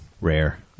rare